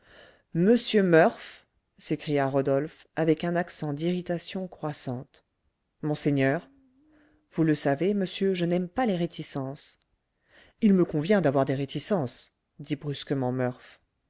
monsieur murph s'écria rodolphe avec un accent d'irritation croissante monseigneur vous le savez monsieur je n'aime pas les réticences il me convient d'avoir des réticences dit brusquement